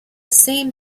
same